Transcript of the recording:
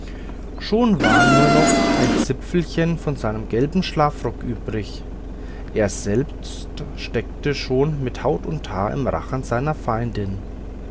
schon war nur noch ein zipfelchen von seinem gelben schlafrock übrig er selbst steckte schon mit haut und haaren im rachen seiner feindin